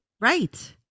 Right